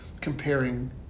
comparing